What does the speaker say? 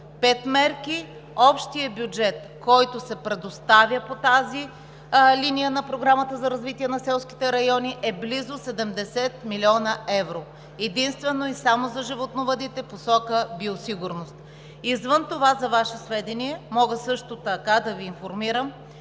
пет мерки. Общият бюджет, който се предоставя по тази линия на Програмата за развитие на селските райони, е близо 70 млн. евро – единствено и само за животновъдите в посока биосигурност. Извън това, за Ваше сведение, мога също така да Ви информирам,